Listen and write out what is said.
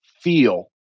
feel